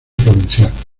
provincial